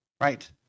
right